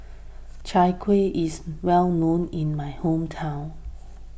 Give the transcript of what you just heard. Chai Kueh is well known in my hometown